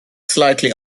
slightly